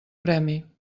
premi